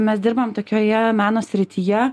mes dirbam tokioje meno srityje